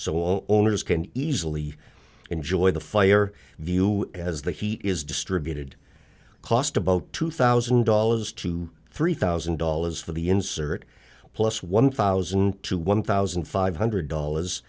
all owners can easily enjoy the fire view as the heat is distributed cost about two thousand dollars to three thousand dollars for the insert plus one thousand to one thousand five hundred dollars